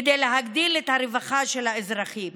כדי להגדיל את הרווחה של האזרחים.